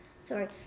Sorry